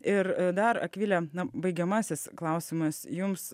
ir dar akvile na baigiamasis klausimas jums